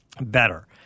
better